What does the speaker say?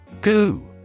Goo